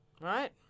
Right